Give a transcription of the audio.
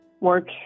work